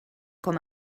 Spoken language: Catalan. com